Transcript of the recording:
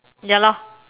ya lor